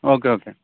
okay okay